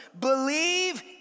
believe